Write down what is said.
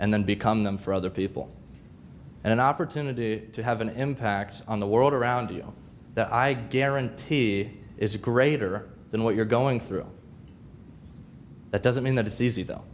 and then become them for other people and an opportunity to have an impact on the world around you that i guarantee is greater than what you're going through that doesn't mean that it's easy though